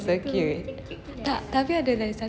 ah tapi ada satu macam